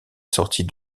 sortie